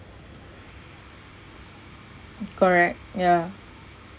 correct ya